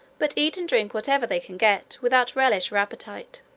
but eat and drink whatever they can get, without relish or appetite.